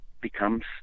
becomes